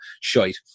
shite